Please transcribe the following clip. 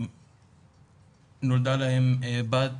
נולדה להם בת,